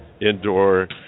indoor